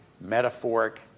metaphoric